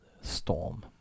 storm